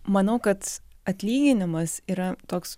manau kad atlyginimas yra toks